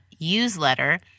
newsletter